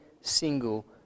single